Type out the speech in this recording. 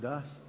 Da.